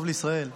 טוב לישראל,